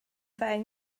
ddeg